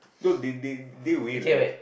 no they they they will let